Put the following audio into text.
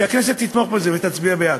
שתתמוך בזה ותצביע בעד.